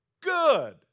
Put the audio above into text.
good